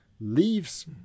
leaves